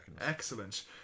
excellent